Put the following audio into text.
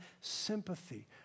sympathy